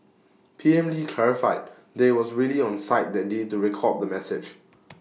P M lee clarified that was really on site that day to record the message